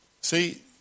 See